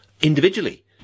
individually